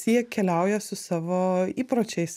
jie keliauja su savo įpročiais